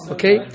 Okay